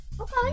Okay